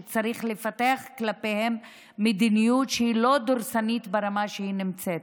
שצריך לפתח כלפיהם מדיניות שהיא לא דורסנית ברמה שקיימת.